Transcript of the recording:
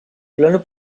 plano